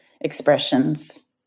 expressions